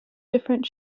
different